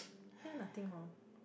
here nothing hor